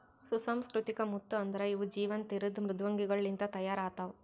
ಸುಸಂಸ್ಕೃತಿಕ ಮುತ್ತು ಅಂದುರ್ ಇವು ಜೀವಂತ ಇರದ್ ಮೃದ್ವಂಗಿಗೊಳ್ ಲಿಂತ್ ತೈಯಾರ್ ಆತ್ತವ